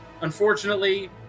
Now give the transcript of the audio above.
unfortunately